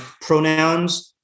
pronouns